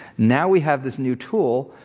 now we have this new tool,